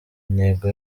intego